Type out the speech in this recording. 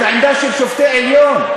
את העמדה של שופטי העליון?